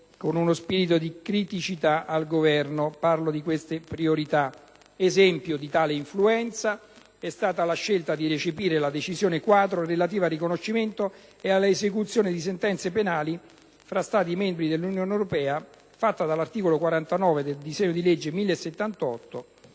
tal proposito mi rivolgo al Governo con uno spirito di criticità. Esempio di tale influenza è stata la scelta di recepire la decisione quadro relativa al riconoscimento e all'esecuzione di sentenze penali fra Stati membri dell'Unione europea, contenuta nell'articolo 49 del disegno di legge n. 1078.